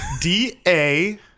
D-A